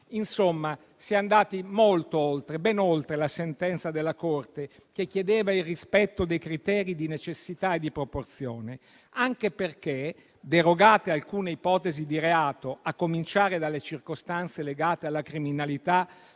Insomma, si è andati molto oltre, ben oltre la sentenza della Corte che chiedeva il rispetto dei criteri di necessità e di proporzione; e ciò anche perché, derogate alcune ipotesi di reato, a cominciare dalle circostanze legate alla criminalità